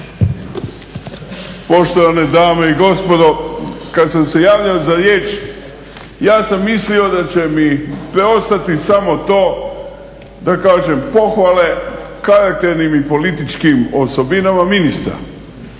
Poštovane dame i gospodo. Kada sam se javljao za riječ ja sam mislio da će mi preostati samo to da kažem pohvale karakternim i političkim osobinama ministra,